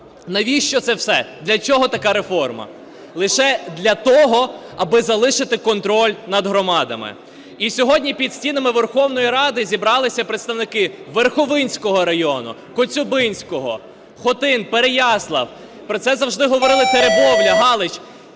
Навіщо це все? Для чого така реформа? Лише для того, аби залишити контроль над громадами. І сьогодні під стінами Верховної Ради зібралися представники Верховинського району, Коцюбинського, Хотин, Переяслав, про це завжди говорили Теребовля, Галич,